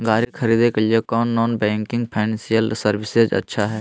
गाड़ी खरीदे के लिए कौन नॉन बैंकिंग फाइनेंशियल सर्विसेज अच्छा है?